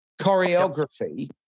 choreography